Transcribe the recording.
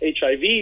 HIV